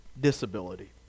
disability